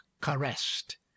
caressed